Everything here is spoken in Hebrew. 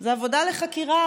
זאת עבודה לחקירה,